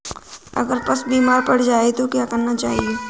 अगर पशु बीमार पड़ जाय तो क्या करना चाहिए?